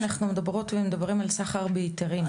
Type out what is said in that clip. אנחנו מדברות ומדברים על סחר בהיתרים.